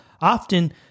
Often